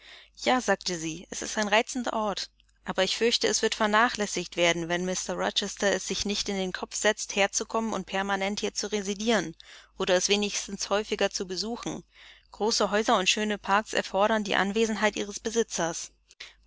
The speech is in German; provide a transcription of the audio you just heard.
ja sagte sie es ist ein reizender ort aber ich fürchte es wird vernachlässigt werden wenn mr rochester es sich nicht in den kopf setzt herzukommen und permanent hier zu residieren oder es wenigstens häufiger zu besuchen große häuser und schöne parks erfordern die anwesenheit ihres besitzers